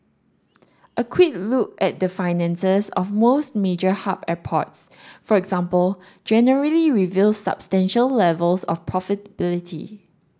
a quick look at the finances of most major hub airports for example generally reveals substantial levels of profitability